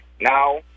now